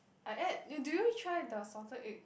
I add you did you try the salted egg